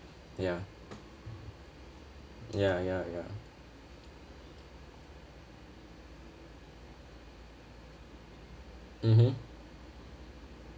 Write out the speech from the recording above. ya ya ya ya mmhmm